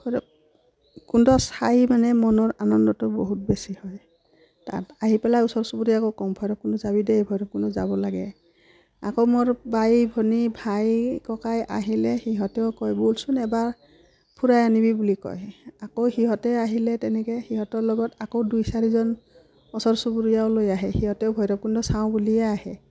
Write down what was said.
ভৈৰৱকুণ্ড চাই মানে মনৰ আনন্দটো বহুত বেছি হয় তাত আহি পেলাই ওচৰ চুবুৰীয়াকো কওঁ ভৈৰৱকুণ্ড যাবি দেই ভৈৰৱকুণ্ড যাব লাগে আকৌ মোৰ বাই ভনী ভাই ককাই আহিলে সিহঁতেও কয় ব'লচোন এবাৰ ফুৰাই আনিবি বুলি কয় আকৌ সিহঁতে আহিলে তেনেকৈ সিহঁতৰ লগত আকৌ দুই চাৰিজন ওচৰ চুবুৰীয়াও লৈ আহে সিহঁতেও ভৈৰৱকুণ্ড চাওঁ বুলিয়ে আহে